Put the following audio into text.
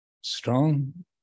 strong